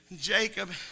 Jacob